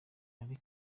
ali